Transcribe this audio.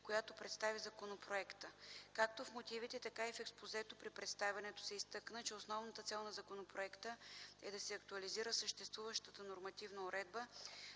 която представи законопроекта. Както в мотивите, така и в експозето при представянето се изтъкна, че основната цел на законопроекта е да се актуализира съществуващата нормативна уредба